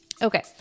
Okay